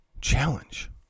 challenge